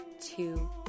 two